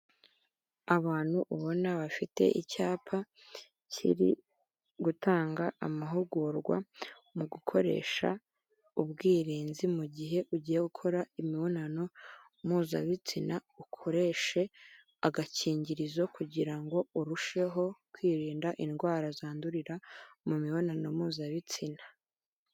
Abantu ubona, bafite icyapa kiri gutanga amahugurwa mu gukoresha ubwirinzi. Mu gihe ugiye gukora imibonano mpuzabitsina, ukoreshe agakingirizo; kugira ngo urusheho kwirinda indwara zandurira mu mibonano mpuzabitsina.